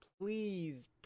please